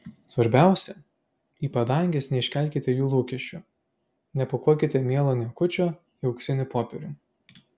svarbiausia į padanges neiškelkite jų lūkesčių nepakuokite mielo niekučio į auksinį popierių